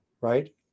right